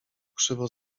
krzywo